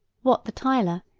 wat the tiler,